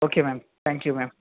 okay ma'am thank you ma'am